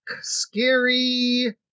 scary